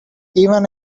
even